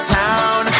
town